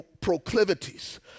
proclivities